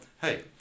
hey